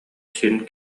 син